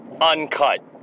Uncut